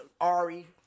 Ari